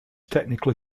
technically